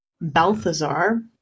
Balthazar